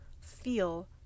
feel